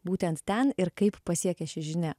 būtent ten ir kaip pasiekė ši žinia